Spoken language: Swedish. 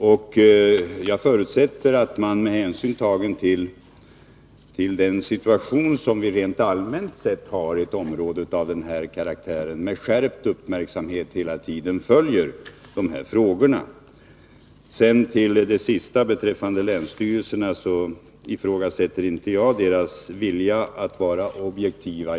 Jag förutsätter att man, med hänsyn till den situation som rent allmänt råder i ett område av den här karaktären, hela tiden följer dessa frågor med skärpt uppmärksamhet. Vad beträffar länsstyrelserna vill jag säga att jag inte ifrågasätter deras vilja att vara objektiva.